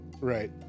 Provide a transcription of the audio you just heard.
Right